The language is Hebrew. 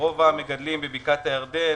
רוב המגדלים בבקעת הירדן,